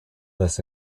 this